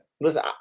Listen